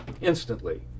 instantly